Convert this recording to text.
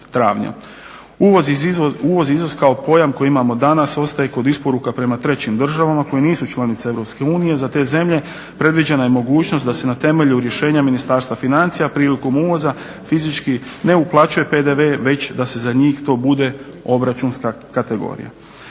Uvoz i izvoz koja pojam koji imamo danas ostaje kod isporuka prema trećim državama koje nisu članice EU za te zemlje predviđena je mogućnost da se na temelju rješenja Ministarstva financija prilikom uvoza fizički ne uplaćuje PDV već da se za njih to bude obračunska kategorija.